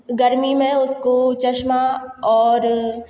गर्मी में उसको चश्मा और